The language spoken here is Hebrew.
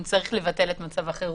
אם צריך לבטל את מצב החירום.